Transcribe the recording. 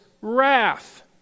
wrath